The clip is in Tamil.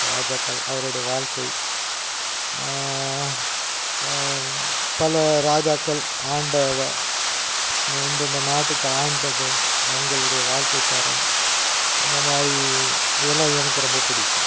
ராஜாக்கள் அவருடைய வாழ்க்கை வ பல ராஜாக்கள் ஆண்ட வ ந இந்தெந்த நாட்டுக்கு ஆண்டதும் அவங்களுடைய வாழ்க்கைத்தரம் இந்தமாதிரி இதெல்லாம் எனக்கு ரொம்ப பிடிக்கும்